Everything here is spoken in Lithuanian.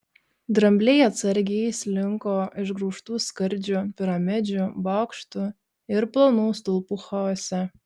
drambliai atsargiai slinko išgraužtų skardžių piramidžių bokštų ir plonų stulpų chaose